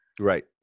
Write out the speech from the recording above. Right